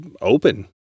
open